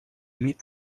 meet